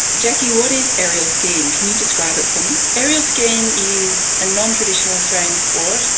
jacqui what is aerial skiing, can you describe it for me aerial skiing is a non-traditional australian sport,